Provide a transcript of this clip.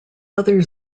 other